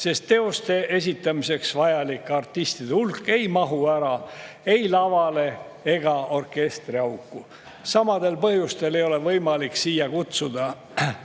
sest teoste esitamiseks vajalike artistide hulk ei mahu ära ei lavale ega orkestriauku. Samadel põhjustel ei ole võimalik kutsuda